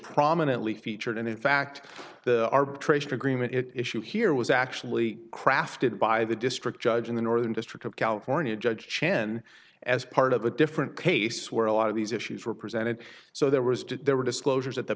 prominently featured and in fact the arbitration agreement issue here was actually crafted by the district judge in the northern district of california judge chin as part of a different case where a lot of these issues were presented so there was did there were disclosures at the